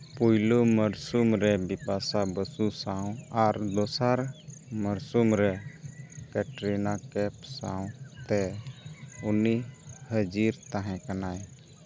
ᱯᱳᱭᱞᱳ ᱢᱚᱨᱥᱩᱢ ᱨᱮ ᱵᱤᱯᱟᱥᱟ ᱵᱚᱥᱩ ᱥᱟᱶ ᱟᱨ ᱫᱚᱥᱟᱨ ᱢᱚᱨᱥᱩᱢ ᱨᱮ ᱠᱮᱴᱨᱤᱱᱟ ᱠᱮᱯ ᱥᱟᱶ ᱛᱮ ᱩᱱᱤ ᱦᱟᱡᱤᱨ ᱛᱟᱦᱮᱸ ᱠᱟᱱᱟᱭ